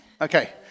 Okay